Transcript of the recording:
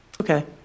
Okay